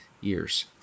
years